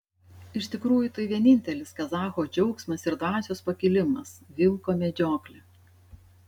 iš tikrųjų tai vienintelis kazacho džiaugsmas ir dvasios pakilimas vilko medžioklė